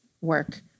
work